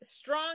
Strong